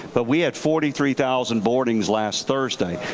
but we had forty three thousand boardings last thursday.